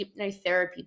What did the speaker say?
hypnotherapy